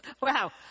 Wow